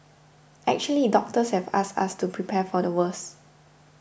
actually doctors have asked us to prepare for the worst